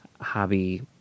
hobby